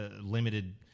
limited